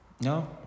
No